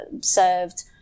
served